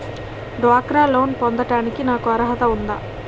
డ్వాక్రా లోన్ పొందటానికి నాకు అర్హత ఉందా?